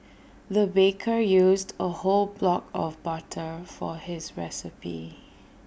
the baker used A whole block of butter for his recipe